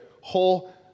whole